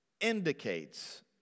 indicates